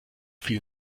viel